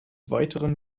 weiteren